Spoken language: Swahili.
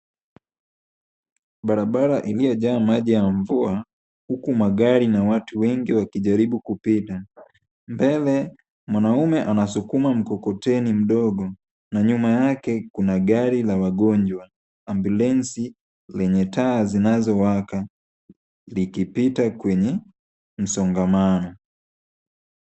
Barabara iliyojaa maji ya mvua huku magari na watu wengi wakijaribu kupita. Mbele mwanaume anasukuma mkokoteni mdogo na nyuma yake kuna gari la wagonjwa ambulensi lenye taa zenye zinazowaka ikipita kwenye msongamano.